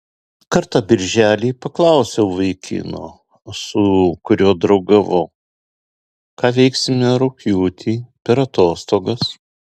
kartą birželį paklausiau vaikino su kuriuo draugavau ką veiksime rugpjūtį per atostogas